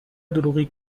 دروغی